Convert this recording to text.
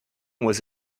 was